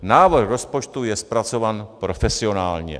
Návrh rozpočtu je zpracován profesionálně.